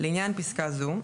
לעניין פסקה זו,